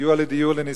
לסיוע לדיור לנזקקים,